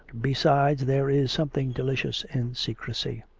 besides, there is something delicious in secrecy.